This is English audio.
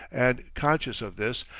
and, conscious of this,